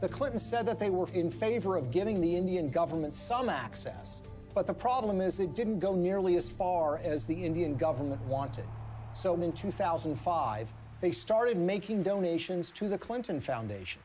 the clinton said that they were in favor of giving the indian government some access but the problem is they didn't go nearly as far as the indian government wanted so in two thousand and five they started making donations to the clinton foundation